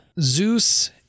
Zeus